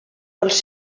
els